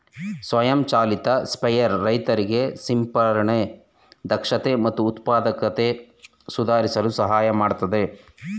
ಸ್ವಯಂ ಚಾಲಿತ ಸ್ಪ್ರೇಯರ್ ರೈತರಿಗೆ ಸಿಂಪರಣೆ ದಕ್ಷತೆ ಮತ್ತು ಉತ್ಪಾದಕತೆ ಸುಧಾರಿಸಲು ಸಹಾಯ ಮಾಡ್ತದೆ